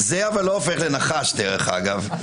אבל זה לא הופך לנחש, דרך אגב.